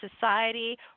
society